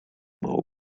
mało